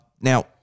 Now